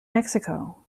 mexico